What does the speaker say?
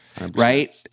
right